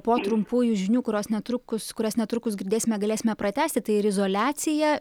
po trumpųjų žinių kurios netrukus kurias netrukus girdėsime galėsime pratęsti tai ir izoliacija